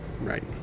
Right